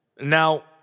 Now